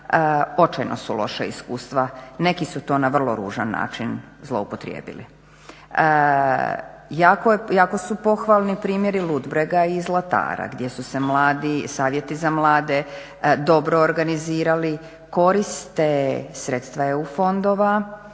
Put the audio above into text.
očajno su loša iskustva. Neki su to na vrlo ružan način zloupotrijebili. Jako su pohvalni primjeri Ludbrega i Zlatara gdje su se mladi, savjeti za mlade dobro organizirali. Koriste sredstva EU fondova,